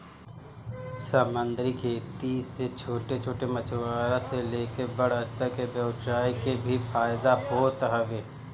समंदरी खेती से छोट छोट मछुआरा से लेके बड़ स्तर के व्यवसाय के भी फायदा होत हवे